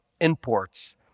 imports